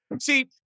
See